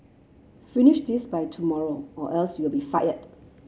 finish this by tomorrow or else you'll be fired